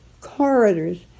corridors